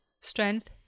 Strength